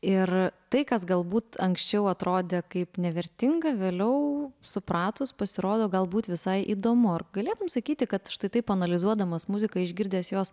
ir tai kas galbūt anksčiau atrodė kaip nevertinga vėliau supratus pasirodo galbūt visai įdomu ar galėtum sakyti kad štai taip analizuodamas muziką išgirdęs jos